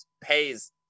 pays